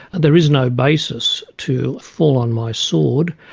there is no basis to fall on my sword,